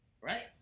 right